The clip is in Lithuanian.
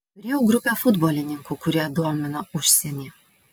turėjau grupę futbolininkų kurie domino užsienį